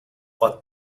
what